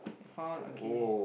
we found okay